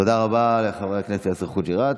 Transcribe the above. תודה רבה לחבר הכנסת יאסר חוג'יראת.